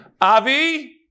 Avi